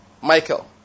Michael